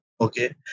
okay